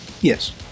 Yes